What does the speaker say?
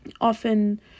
often